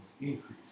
increase